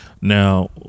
Now